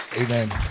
Amen